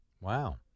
Wow